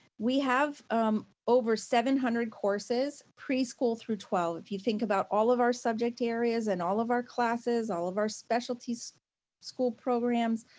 we have over seven hundred courses preschool through twelve. if you think about all of our subject areas, and all of our classes, all of our specialties school programs,